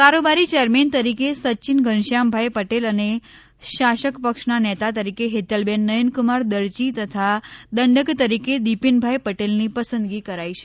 કારોબારી ચેરમેન તરીકે સચીન ઘનશ્યામભાઇ પટેલ અને શાસક પક્ષના નેતા તરીકે હેતલબેન નયનકુમાર દરજી તથા દંડક તરીકે દિપેનભાઇ પટેલની પસંદગી કરાઇ છે